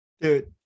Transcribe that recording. dude